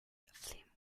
flame